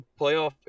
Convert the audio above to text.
playoff